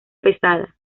pesada